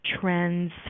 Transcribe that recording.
trends